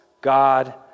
God